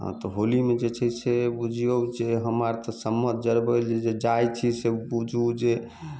हँ तऽ होलीमे जे छै से बुझियौ जे हम आर तऽ सम्मत जरबै लऽ जे जाइत छी से बूझू जे